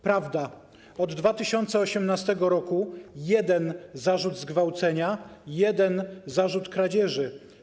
Prawda: od 2018 r. jeden zarzut zgwałcenia, jeden zarzut kradzieży.